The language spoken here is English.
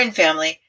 family